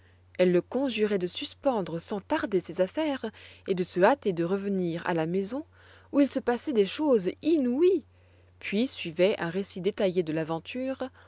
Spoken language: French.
elle le conjurait de suspendre sans tarder ses affaires et de se hâter de revenir à la maison où il se passait des choses inouïes puis suivait un récit détaillé de l'aventure